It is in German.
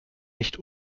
nicht